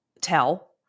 tell